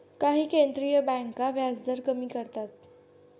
काही केंद्रीय बँका व्याजदर कमी करतात